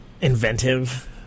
inventive